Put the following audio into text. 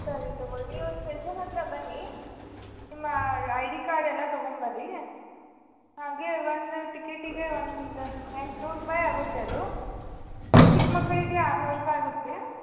ಸರಿ ತೊಗೊಳ್ಳಿ ನೀವು ಸ್ಟೇಷನ್ ಹತ್ತಿರ ಬನ್ನಿ ನಿಮ್ಮ ಐ ಡಿ ಕಾರ್ಡ್ ಎಲ್ಲ ತೊಗೊಂಡು ಬನ್ನಿ ಹಾಗೆ ಒಂದು ಟಿಕೇಟಿಗೆ ಒಂದು ಎಂಟುನೂರು ರೂಪಾಯಿ ಆಗುತ್ತೆ ಅದು ಚಿಕ್ಕ ಮಕ್ಳಿಗೆ ಆರುನೂರು ರೂಪಾಯಿ ಆಗುತ್ತೆ